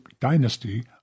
dynasty